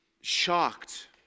shocked